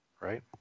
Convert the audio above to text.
right